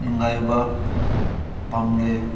ꯅꯨꯡꯉꯥꯏꯕ ꯄꯥꯝꯂꯦ